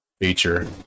feature